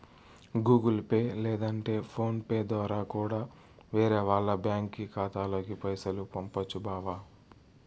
Google Pay లేదంటే PhonePe దోరా కూడా వేరే వాల్ల బ్యాంకి ఖాతాలకి పైసలు పంపొచ్చు బావా